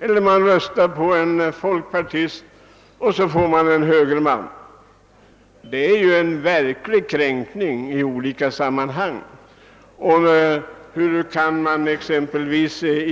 Eller om någon röstar på en folkpartist kanske rösten tillgodoräknas en högerman. Det är ju en verklig kränkning. Hur kan man då i